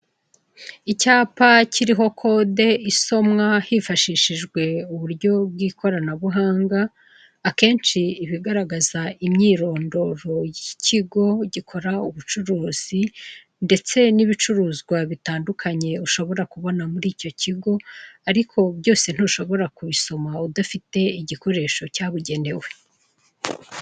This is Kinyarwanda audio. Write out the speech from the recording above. Icyapa kiriho kode isomwa hifashishijwe uburyo bw'ikoranabuhanga, akenshi iba igaragaza imyirondoro y'ikigo gikora ubucuruzi, ndetse n'ibicuruzwa bitandukanye ushobora kubona muri icyo kigo. Ariko byose ntushobora kubisoma udafite igikoresho cyabugenewe.